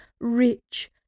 rich